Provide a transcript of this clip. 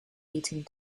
eating